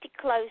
close